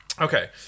Okay